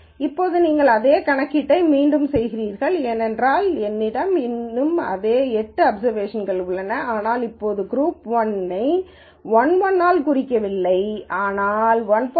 இப்போது நீங்கள் அதே கணக்கீட்டை மீண்டும் செய்கிறீர்கள் ஏனென்றால் என்னிடம் இன்னும் அதே எட்டு அப்சர்வேஷன்கள் உள்ளன ஆனால் இப்போது குரூப் 1 ஐ 1 1 ஆல் குறிக்கவில்லை ஆனால் 1